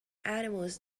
animals